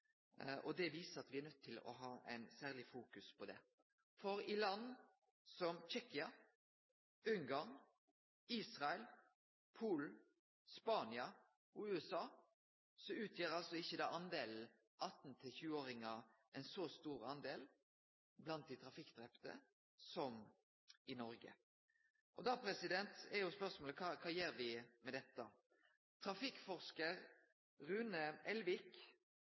Det viser at me er nøydde til å ha ei særleg fokusering på det. I land som Tsjekkia, Ungarn, Israel, Polen, Spania og USA utgjer ikkje 18–20-åringane ein så stor del av de trafikkdrepne som i Noreg. Da er spørsmålet: Kva gjer me med dette? Trafikkforskar Rune Elvik